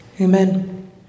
Amen